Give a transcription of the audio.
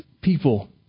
people